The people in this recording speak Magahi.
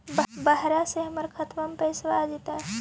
बहरबा से हमर खातबा में पैसाबा आ जैतय?